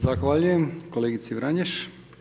Zahvaljujem kolegici Vranješ.